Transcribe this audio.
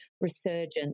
resurgence